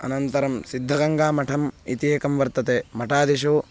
अनन्तरं सिद्धगङ्गामठम् इति एकं वर्तते मठादिषु